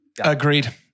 Agreed